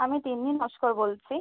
আমি তিন্নি নস্কর বলছি